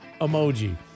emoji